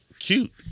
cute